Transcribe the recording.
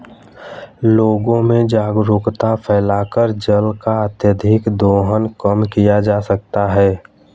लोगों में जागरूकता फैलाकर जल का अत्यधिक दोहन कम किया जा सकता है